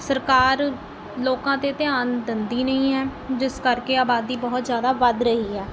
ਸਰਕਾਰ ਲੋਕਾਂ 'ਤੇ ਧਿਆਨ ਦਿੰਦੀ ਨਹੀਂ ਹੈ ਜਿਸ ਕਰਕੇ ਆਬਾਦੀ ਬਹੁਤ ਜ਼ਿਆਦਾ ਵੱਧ ਰਹੀ ਹੈ